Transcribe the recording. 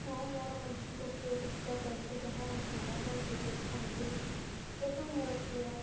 ହଁ ମୋର ମଧ୍ୟଙ୍କ ପ୍ରିୟ ପୁସ୍ତକ ଅଛି ଯାହାର ନାଁ ହେଲା ଦ ଗ୍ରେଟ୍ ସାଇଣ୍ଟିଷ୍ଟ୍ ଏବଂ ମୋର ପ୍ରିୟ